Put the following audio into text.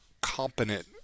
competent